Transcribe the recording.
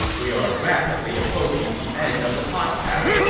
we are rapidly approaching the end of the podcast